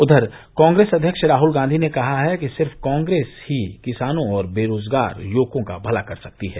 उधर कांग्रेस अध्यक्ष राहल गांधी ने कहा है कि सिर्फ कांग्रेस ही किसानों और बेरोजगार युवकों का भला कर सकती हैं